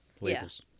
Labels